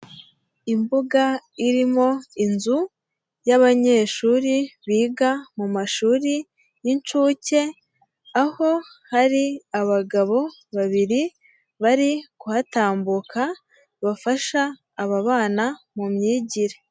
Imbuga irimo inzu y'abanyeshuri biga mu mashuri y'inshuke, aho hari abagabo babiri bari kuhatambuka, bafasha aba bana mu myigire.